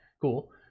cool